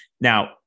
now